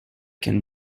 can